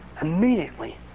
immediately